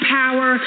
power